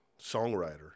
songwriter